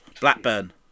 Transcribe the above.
Blackburn